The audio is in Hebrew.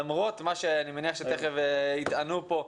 למרות מה שאני מניח שתיכף יטענו פה,